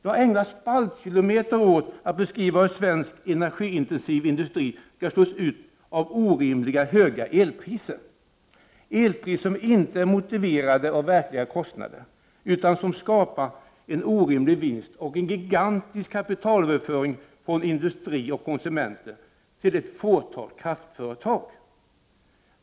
Det har ägnats spaltkilometer åt att beskriva hur svensk energiintensiv industri kommer att slås ut av orimligt höga elpriser. Det är fråga om elpriser som inte är motiverade av verkliga kostnader och som skapar en orimlig vinst och en gigantisk kapitalöverföring från industri och konsumenter till ett fåtal kraftföretag.